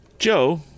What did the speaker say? Joe